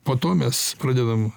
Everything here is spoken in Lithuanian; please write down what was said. po to mes pradedam